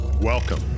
Welcome